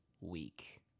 week